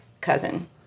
cousin